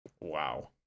Wow